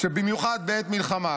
שבמיוחד בעת מלחמה,